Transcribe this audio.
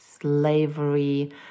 slavery